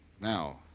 Now